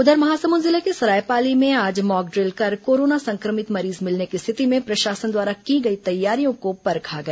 उधर महासमुंद जिले के सरायपाली में आज मॉकड्रिल कर कोरोना संक्रमित मरीज मिलने की स्थिति में प्रशासन द्वारा की गई तैयारियों को परखा गया